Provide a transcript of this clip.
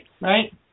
right